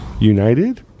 United